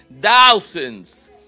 Thousands